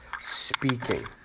speaking